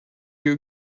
you